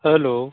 hello